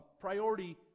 Priority